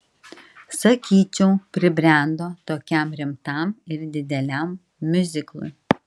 sakyčiau pribrendo tokiam rimtam ir dideliam miuziklui